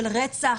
של רצח,